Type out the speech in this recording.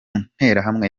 nterahamwe